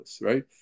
right